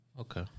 Okay